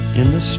in the